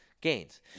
Gains